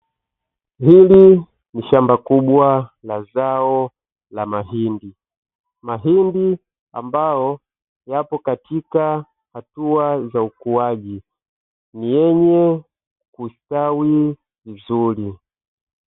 Hili ni shamba kubwa la zao la mahindi. Mahindi ambayo yapo katika hatua za ukuaji ni yenye kustawi vizuri.